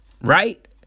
right